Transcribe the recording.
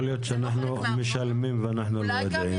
יכול להיות שאנחנו משלמים ואנחנו לא יודעים.